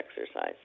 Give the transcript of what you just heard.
exercise